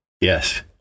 yes